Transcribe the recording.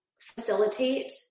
facilitate